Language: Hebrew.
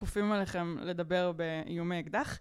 כופים עליכם לדבר באיומי אקדח